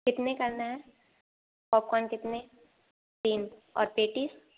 कितने करना है पॉपकॉर्न कितने तीन और पेटीज़